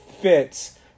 fits